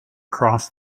cross